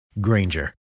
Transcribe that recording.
Granger